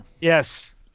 Yes